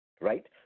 right